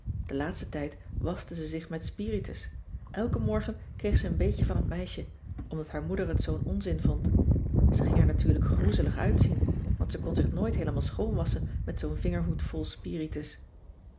den laatsten tijd waschte ze zich met spiritus elken morgen kreeg ze een beetje van het meisje omdat haar moeder het zoo'n onzin vond ze ging er natuurlijk groezelig uitzien want ze kon zich nooit heelemaal schoon wasschen met zoo'n vingerhoed vol spiritus